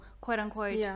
quote-unquote